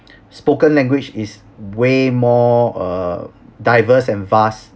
spoken language is way more uh diverse and vast